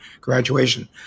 graduation